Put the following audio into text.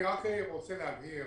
רוצה להבהיר